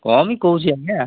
କମ୍ ହି କହୁଛି ଆଜ୍ଞା